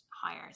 higher